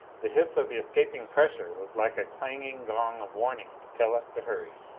the hiss of the escaping pressure was like a clanging gong of warning to tell us to hurry.